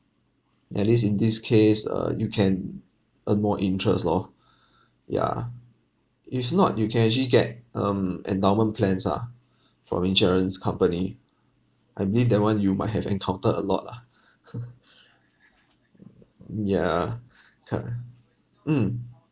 at least in this case err you can earn more interest loh yeah if not you can actually get um endowment plans ah from insurance company I believe that one you might have encountered a lot lah mm yeah can't re~ mm